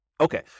Okay